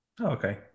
Okay